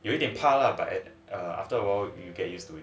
有一点怕 lah but after a while you get used to it